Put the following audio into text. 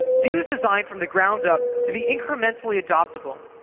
vue is designed from the ground up to be incrementally adoptable.